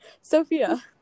Sophia